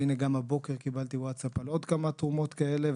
והנה גם הבוקר קיבלתי ווטסאפ על עוד כמה תרומות כאלה.